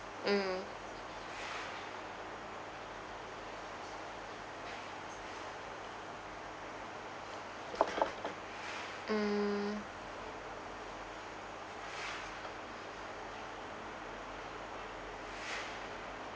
mm mm